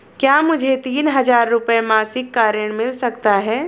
क्या मुझे तीन हज़ार रूपये मासिक का ऋण मिल सकता है?